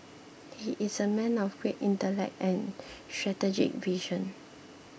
he is a man of great intellect and strategic vision